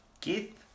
Keith